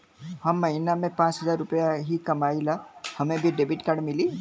हम महीना में पाँच हजार रुपया ही कमाई ला हमे भी डेबिट कार्ड मिली?